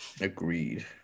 agreed